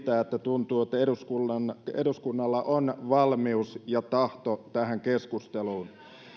tuntuu että eduskunnalla on valmius ja tahto tähän keskusteluun